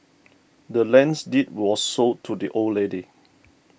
the land's deed was sold to the old lady